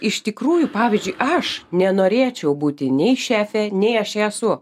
iš tikrųjų pavyzdžiui aš nenorėčiau būti nei šefė nei aš esu